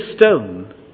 stone